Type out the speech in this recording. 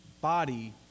body